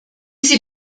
sie